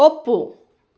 ಒಪ್ಪು